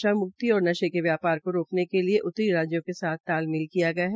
नशा मुक्ति और नशे के आपार को रोकने के लिए उत्तरी राज्यों के साथ तालमेल किया गया है